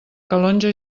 calonge